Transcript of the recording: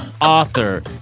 author